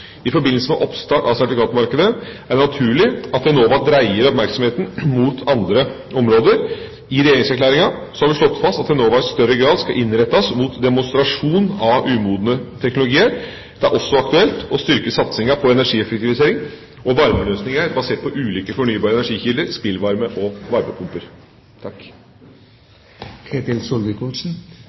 I forbindelse med oppstart av sertifikatmarkedet er det naturlig at Enova dreier oppmerksomheten mot andre områder. I regjeringserklæringa har vi slått fast at Enova i større grad skal innrettes mot demonstrasjon av umodne teknologier. Det er også aktuelt å styrke satsinga på energieffektivisering og varmeløsninger basert på ulike fornybare energikilder, spillvarme og varmepumper.